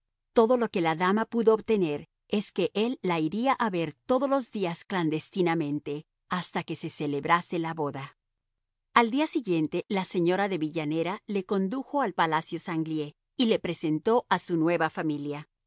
todo lo que la dama pudo obtener es que él la iría a ver todos los días clandestinamente hasta que se celebrase la boda al día siguiente la señora de villanera le condujo al palacio sanglié y le presentó a su nueva familia